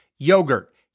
Yogurt